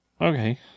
Okay